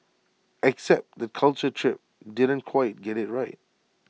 except that Culture Trip didn't quite get IT right